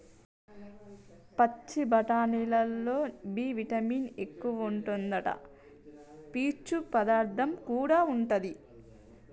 పచ్చి బఠానీలల్లో B vitamin ఎక్కువుంటాదట, పీచు పదార్థం కూడా ఉంటది